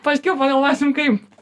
paskiau pagalvosim kaip